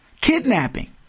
Kidnapping